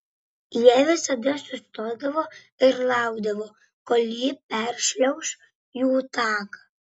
jie visada sustodavo ir laukdavo kol ji peršliauš jų taką